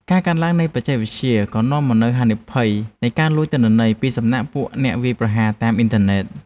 ការកើនឡើងនៃបច្ចេកវិទ្យាក៏នាំមកនូវហានិភ័យនៃការលួចទិន្នន័យពីសំណាក់ពួកអ្នកវាយប្រហារតាមអ៊ីនធឺណិត។